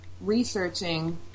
researching